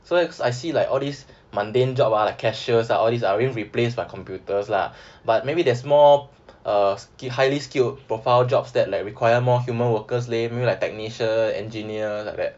so I see like all these mundane jobs ah like cashiers ah all these replaced by computers lah but maybe there's more uh highly skilled profile jobs that like require more human workers leh maybe like technicians engineer like that